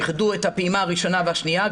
איחדו את הפעימה הראשונה והשנייה.